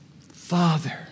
Father